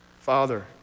Father